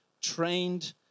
trained